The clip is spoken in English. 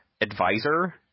advisor